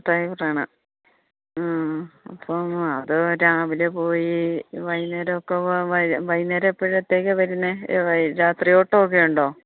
driver ആണ് അപ്പം അവരും രാവിലെ പോയി വൈകുന്നേരമൊക്കെ വൈകുന്നേരം എപ്പോഴത്തേക്കാണ് വരുന്നത് രാത്രി ഓട്ടമൊക്കെയുണ്ടോ